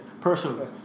personally